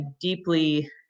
Deeply